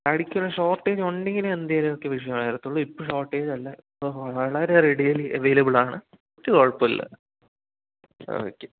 തടിക്കുള്ള ഷോർട്ടേജുണ്ടെങ്കിലേ എന്തെങ്കിലൊക്കെ വിഷയം വരത്തുള്ളൂ ഇപ്പോൾ ഷോർട്ടേജല്ല ഇപ്പോൾ വളരെ റെഡിലി അവൈലബിളാണ് ഒരു കുഴപ്പമില്ല ഓക്കേ